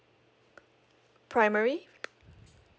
primary